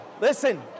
listen